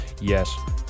Yes